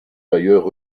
d’ailleurs